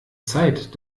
zeit